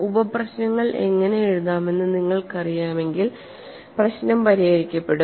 ഉപ പ്രശ്നങ്ങൾ എങ്ങനെ എഴുതാമെന്ന് നിങ്ങൾക്കറിയാമെങ്കിൽ പ്രശ്നം പരിഹരിക്കപ്പെടും